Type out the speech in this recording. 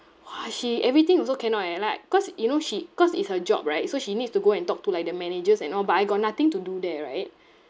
!wah! she everything also cannot eh like cause you know she cause it's her job right so she needs to go and talk to like the managers and all but I got nothing to do there right